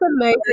amazing